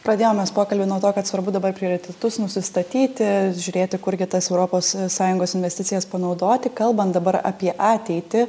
pradėjom mes pokalbį nuo to kad svarbu dabar prioritetus nusistatyti žiūrėti kurgi tas europos sąjungos investicijas panaudoti kalbant dabar apie ateitį